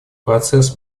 процесс